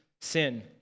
sin